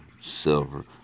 silver